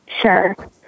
Sure